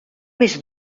més